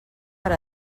per